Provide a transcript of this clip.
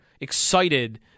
excited